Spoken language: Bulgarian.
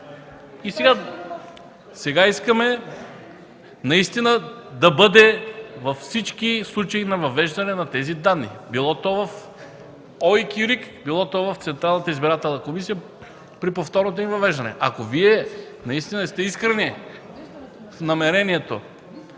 Сега искаме наистина да бъде във всички случаи на въвеждане на тези данни било то в ОИК и РИК, било то в Централната избирателна комисия при повторното им въвеждане. Ако Вие наистина сте искрени в намерението